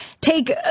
take